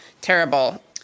terrible